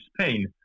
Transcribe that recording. Spain